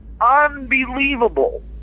unbelievable